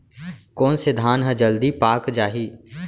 कोन से धान ह जलदी पाक जाही?